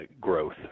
growth